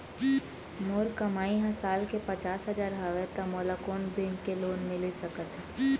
मोर कमाई ह साल के पचास हजार हवय त मोला कोन बैंक के लोन मिलिस सकथे?